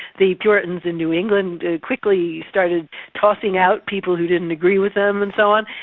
the puritans in new england quickly started tossing out people who didn't agree with them and so on.